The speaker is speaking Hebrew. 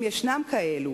אם ישנם כאלה,